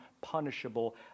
punishable